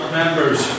members